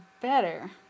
better